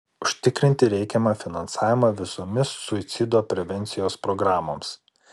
užtikrinti reikiamą finansavimą visomis suicido prevencijos programoms